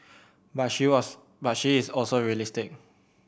but she was but she is also realistic